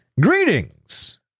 Greetings